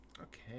okay